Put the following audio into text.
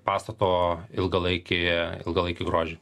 pastato ilgalaikį ilgalaikį grožį